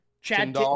chad